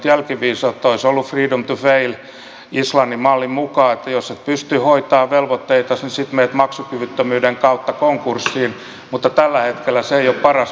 olisi ollut freedom to fail islannin mallin mukaan että jos et pysty hoitamaan velvoitteitasi niin sitten menet maksukyvyttömyyden kautta konkurssiin mutta tällä hetkellä se ei ole paras mahdollinen tilanne